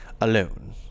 alone